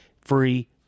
free